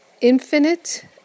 infinite